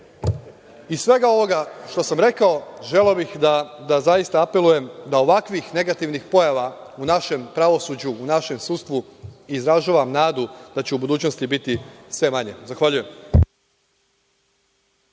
svega ovoga što sam rekao, želeo bih da zaista apelujem da ovakvih negativnih pojava u našem pravosuđu, u našem sudstvu, izražavam nadu, da će u budućnosti biti sve manje. Zahvaljujem.